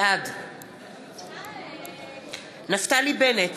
בעד אלי בן-דהן, נגד נפתלי בנט,